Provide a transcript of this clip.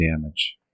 damage